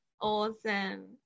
awesome